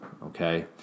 Okay